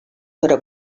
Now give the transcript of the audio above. però